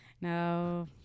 No